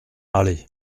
allez